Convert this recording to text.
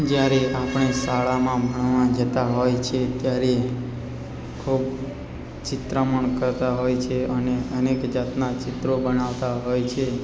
જ્યારે આપણે શાળામાં ભણવા જતા હોય છે ત્યારે ખૂબ ચિત્રામણ કરતા હોઈ છીએ અને અનેક જાતનાં ચિત્રો બનાવતા હોય છે